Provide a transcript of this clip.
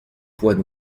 poids